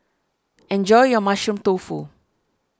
enjoy your Mushroom Tofu